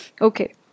Okay